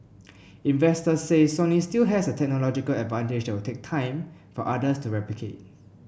investors say Sony still has a technological advantage will take time for others to replicate